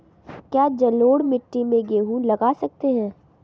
क्या जलोढ़ मिट्टी में गेहूँ लगा सकते हैं?